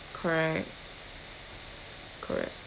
correct correct